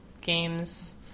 games